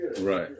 Right